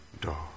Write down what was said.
door